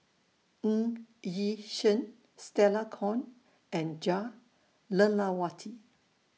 Ng Yi Sheng Stella Kon and Jah Lelawati